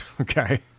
okay